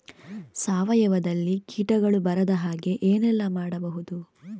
ಸಾವಯವದಲ್ಲಿ ಕೀಟಗಳು ಬರದ ಹಾಗೆ ಏನೆಲ್ಲ ಮಾಡಬಹುದು?